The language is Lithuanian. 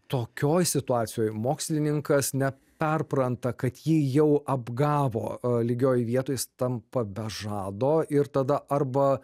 tokioj situacijoj mokslininkas neperpranta kad jį jau apgavo lygioj vietoj jis tampa be žado ir tada arba